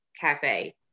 cafe